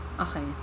Okay